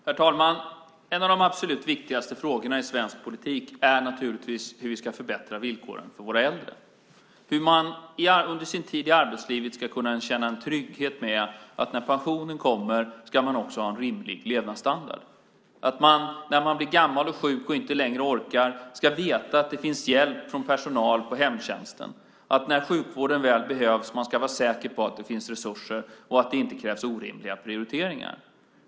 Herr talman! Hur vi ska förbättra villkoren för våra äldre är naturligtvis en av de absolut viktigaste frågorna i svensk politik. Under sin tid i arbetslivet ska man kunna känna trygghet i att man kommer att ha en rimlig levnadsstandard också när man går i pension. När man blir gammal och sjuk och inte längre orkar ska man veta att det finns hjälp från personal på hemtjänsten. När sjukvården väl behövs ska man vara säker på att det finns resurser och att det inte krävs orimliga prioriteringar.